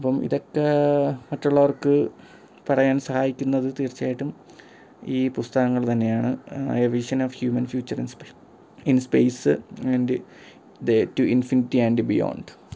അപ്പം ഇതക്കെ മറ്റുള്ളവർക്ക് പറയാൻ സഹായിക്കുന്നത് തീർച്ചയായിട്ടും ഈ പുസ്തകങ്ങൾ തന്നെയാണ് a vision of human future in സ്പെ in space and the to infinity and beyond